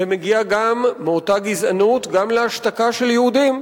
זה מגיע מאותה גזענות גם להשתקה של יהודים,